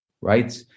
Right